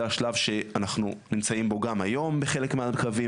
זה השלב שאנחנו נמצאים בו גם היום בחלק מהקווים,